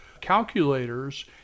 calculators